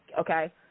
okay